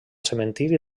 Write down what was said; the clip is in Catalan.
cementiri